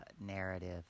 narrative